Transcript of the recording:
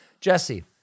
Jesse